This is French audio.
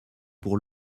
pour